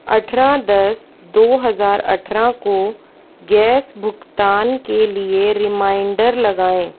अठारह दस दो हजार अठारह को गैस भुगतान के लिए रिमाइंडर लगाएँ